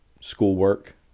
schoolwork